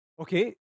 Okay